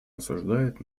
осуждает